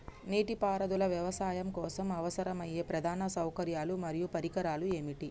నీటిపారుదల వ్యవసాయం కోసం అవసరమయ్యే ప్రధాన సౌకర్యాలు మరియు పరికరాలు ఏమిటి?